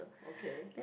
okay